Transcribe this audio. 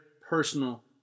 personal